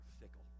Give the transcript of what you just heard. fickle